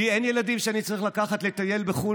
לי אין ילדים שאני צריך לקחת לטייל בחו"ל,